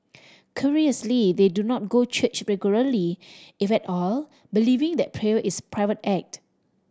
curiously they do not go church regularly if at all believing that prayer is a private act